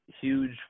huge